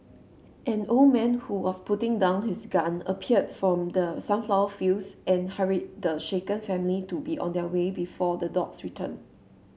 an old man who was putting down his gun appeared from the sunflower fields and hurried the shaken family to be on their way before the dogs return